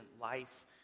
life